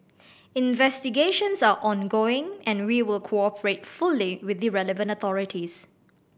investigations are ongoing and we will cooperate fully with the relevant authorities